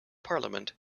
parliament